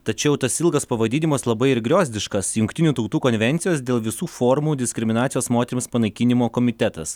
tačiau tas ilgas pavadinimas labai ir griozdiškas jungtinių tautų konvencijos dėl visų formų diskriminacijos moterims panaikinimo komitetas